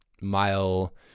mile